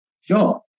sure